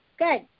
Good